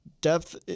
depth